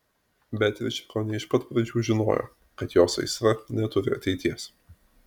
beatričė kone iš pat pradžių žinojo kad jos aistra neturi ateities